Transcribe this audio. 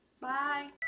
bye